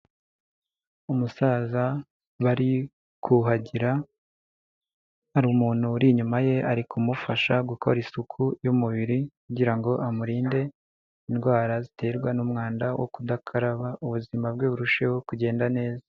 Umusaza bari kuhagira, hari umuntu uri inyuma ye ari kumufasha gukora isuku y'umubiri kugirango amurinde indwara ziterwa n'umwanda wo kudakaraba ubuzima bwe burushijeho kugenda neza.